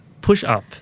push-up